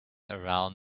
around